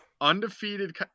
Undefeated